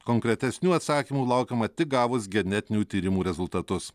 konkretesnių atsakymų laukiama tik gavus genetinių tyrimų rezultatus